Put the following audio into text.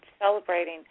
celebrating